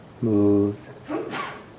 move